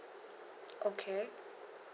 okay